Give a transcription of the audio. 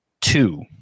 two